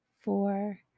four